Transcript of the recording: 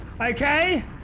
okay